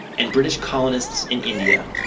and british colonists in india